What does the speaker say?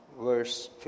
verse